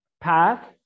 path